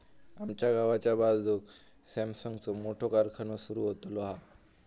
आमच्या गावाच्या बाजूक सॅमसंगचो मोठो कारखानो सुरु होतलो हा